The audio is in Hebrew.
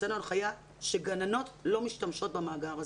הוצאנו הנחיה שגננות לא משתמשות במאגר הזה.